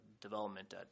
development